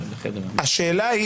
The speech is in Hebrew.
השאלה,